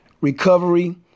recovery